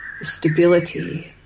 stability